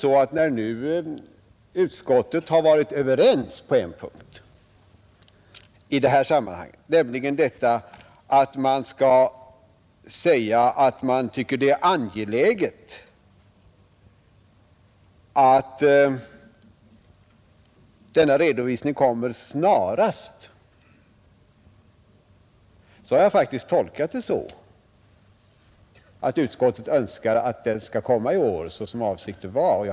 Och när utskottet nu har varit enigt på en punkt i detta sammanhang, nämligen om att det är angeläget att denna redovisning kommer snarast, så har jag tolkat detta så att utskottet önskar att redovisningen kommer i år, som avsikten var.